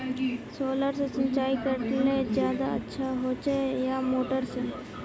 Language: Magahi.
सोलर से सिंचाई करले ज्यादा अच्छा होचे या मोटर से?